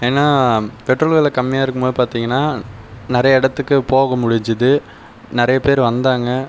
ஏன்னால் பெட்ரோல் விலை கம்மியாக இருக்கும்போது பார்த்தீங்கன்னா நிறைய இடத்துக்கு போக முடிஞ்சுது நிறைய பேர் வந்தாங்க